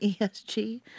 ESG